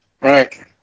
Right